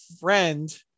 friend